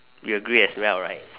you agree as well right